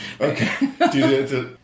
Okay